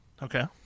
Okay